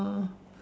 oh